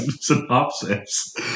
synopsis